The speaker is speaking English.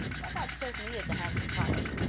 but that certainly is a handsome child.